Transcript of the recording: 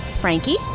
Frankie